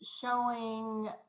showing